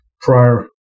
prior